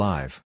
Live